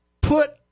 put